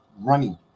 running